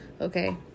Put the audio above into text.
okay